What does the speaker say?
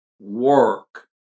work